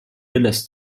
willis